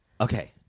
Okay